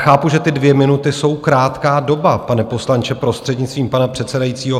Chápu, že ty dvě minuty jsou krátká doba, pane poslanče, prostřednictvím pana předsedajícího.